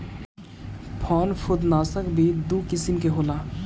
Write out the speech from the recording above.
फंफूदनाशक भी दू किसिम के होला